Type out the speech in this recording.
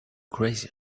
crazy